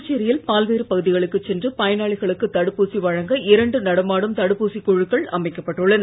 புதுச்சேரியில் பல்வேறு பகுதிகளுக்குச் சென்று பயனாளிகளுக்கு தடுப்பூசி வழங்க இரண்டு நடமாடும் தடுப்பூசிக் குழுக்கள் அமைக்கப்பட்டுள்ளன